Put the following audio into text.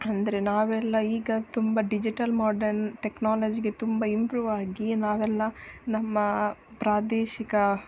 ಅಂದರೆ ನಾವೆಲ್ಲ ಈಗ ತುಂಬ ಡಿಜಿಟಲ್ ಮಾಡರ್ನ್ ಟೆಕ್ನಾಲಜಿಗೆ ತುಂಬ ಇಂಪ್ರೂವ್ ಆಗಿ ನಾವೆಲ್ಲ ನಮ್ಮ ಪ್ರಾದೇಶಿಕ